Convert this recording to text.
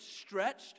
stretched